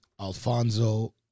Alfonso